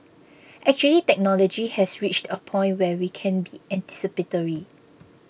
actually technology has reached a point where we can be anticipatory